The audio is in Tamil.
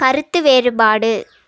கருத்து வேறுபாடு